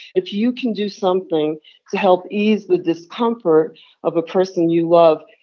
if you can do something to help ease the discomfort of a person you love,